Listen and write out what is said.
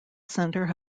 center